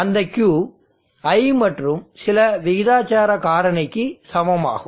அந்த Q I மற்றும் சில விகிதாசார காரணிக்கு சமமாகும்